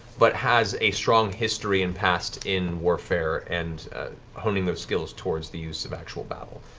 but has a strong history and past in warfare and honing those skills towards the use of actual battle.